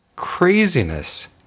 craziness